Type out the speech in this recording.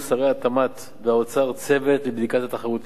התמ"ת ושר האוצר צוות לבדיקת התחרותיות